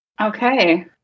Okay